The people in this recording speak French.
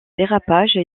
dérapage